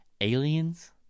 aliens